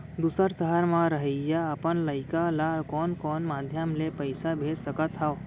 दूसर सहर म रहइया अपन लइका ला कोन कोन माधयम ले पइसा भेज सकत हव?